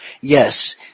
yes